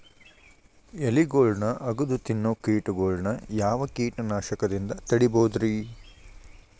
ಎಲಿಗೊಳ್ನ ಅಗದು ತಿನ್ನೋ ಕೇಟಗೊಳ್ನ ಯಾವ ಕೇಟನಾಶಕದಿಂದ ತಡಿಬೋದ್ ರಿ?